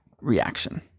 reaction